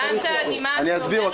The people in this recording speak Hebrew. אני אסביר.